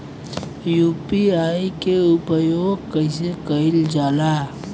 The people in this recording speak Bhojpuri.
यू.पी.आई के उपयोग कइसे कइल जाला?